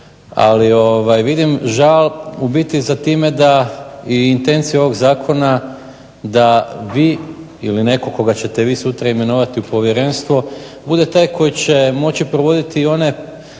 Ali, vidim žal u biti za time da i intenciju ovog zakona da vi ili netko koga ćete vi sutra imenovati u povjerenstvo bude taj koji će moći provoditi i one